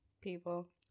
People